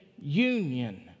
union